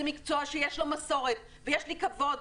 זה מקצוע שיש לו מסורת ויש לי כבוד.